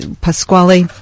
Pasquale